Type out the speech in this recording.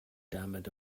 damit